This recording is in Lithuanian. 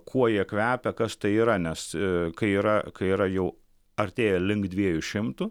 kuo jie kvepia kas tai yra nes kai yra kai yra jau artėja link dviejų šimtų